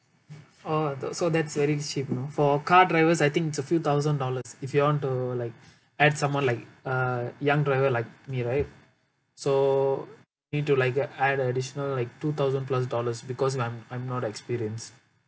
oh the so that's very cheap you know for car drivers I think it's a few thousand dollars if you want to like add someone like uh young driver like me right so need to like uh add additional like two thousand plus dollars because I'm I'm not experienced